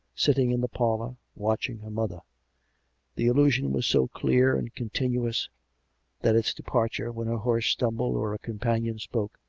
sitting in the parlour, watch ing her mother the illusion was so clear and continuous that its departure, when her horse stumbled or a com panion spoke,